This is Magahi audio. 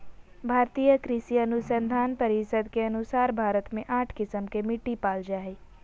भारतीय कृषि अनुसंधान परिसद के अनुसार भारत मे आठ किस्म के मिट्टी पाल जा हइ